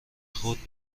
خود